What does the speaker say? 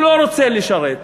אני לא רוצה לשרת,